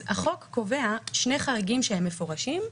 החוק קובע שני חריגים מפורשים,